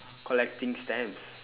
collecting stamps